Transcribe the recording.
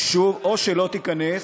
מה יקרה?